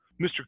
Mr